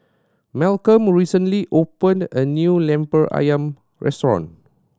Malcolm recently opened a new Lemper Ayam restaurant